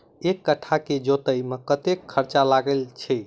एक कट्ठा केँ जोतय मे कतेक खर्चा लागै छै?